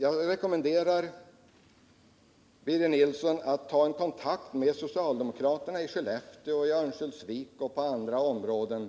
Jag rekommenderar Birger Nilsson att ta kontakt med socialdemokraterna i Skellefteå, i Örnsköldsvik och inom andra liknande orter